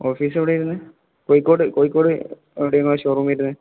office എവിടെ ഇരുന്നേ കോയിിക്കോട് കോഴിക്കോട് എവിടെയുന്ന ഷോറൂം വരുന്നേ